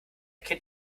kennt